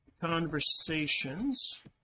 conversations